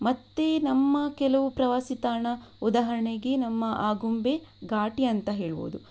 ಮತ್ತೆ ನಮ್ಮ ಕೆಲವು ಪ್ರವಾಸಿ ತಾಣ ಉದಾಹರಣೆಗೆ ನಮ್ಮ ಆಗುಂಬೆ ಘಾಟಿ ಅಂತ ಹೇಳಬಹುದು